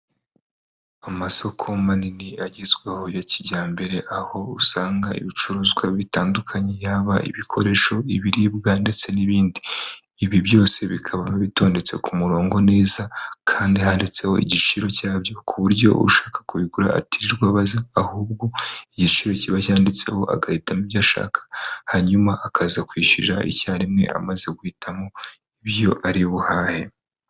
Amasoko manini agezweho ya kijyambere aho usanga ibicuruzwa bitandukanye yaba ibikoresho, ibiribwa ndetse n'ibindi. Ibi byose bikaba bitondetse ku murongo neza kandi handitseho igiciro cyabyo ku buryo ushaka kubigura atirirwa abaza ahubwo igiciro kiba cyanditseho agahitamo ibyo ashaka hanyuma akaza kwishyurira icyarimwe amaze guhitamo ibyo ari buhahe.